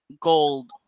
gold